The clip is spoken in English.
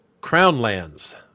Crownlands